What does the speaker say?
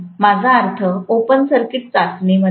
माझा अर्थ ओपनसर्किट चाचणी मध्ये आहे